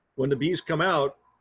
when the bees come out.